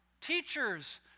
Teachers